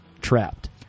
trapped